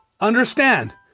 understand